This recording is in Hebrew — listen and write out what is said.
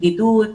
בדידות,